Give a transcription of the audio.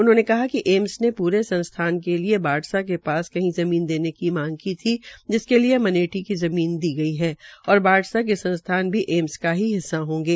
उन्होंने कहा िक एम्स ने पूरे संस्थान के लिए बाढ़सा के पास कही ज़मीन देने की मांग की थी जिसके लिये मनेठी के ज़मीन दी गई है और बाढ़सा के संस्थान भी एम्स का ही हिस्सा होंगे